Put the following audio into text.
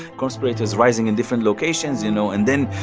conspirators rising in different locations, you know. and then,